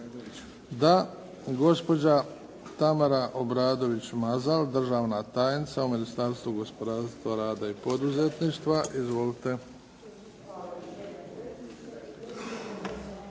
Da. Gospođa Tamara Obradović Mazal, državna tajnica u Ministarstvu rada i poduzetništva. Izvolite.